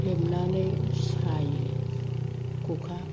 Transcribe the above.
हेबनानै सायो खखा